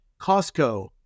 Costco